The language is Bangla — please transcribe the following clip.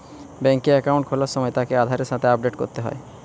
বেংকে একাউন্ট খোলার সময় তাকে আধারের সাথে আপডেট করতে হয়